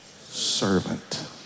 servant